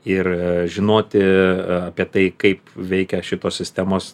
ir žinoti apie tai kaip veikia šitos sistemos